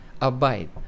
abide